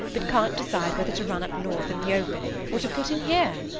but can't decide whether to run up north in the open, or to put in here.